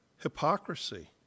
hypocrisy